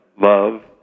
love